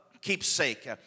keepsake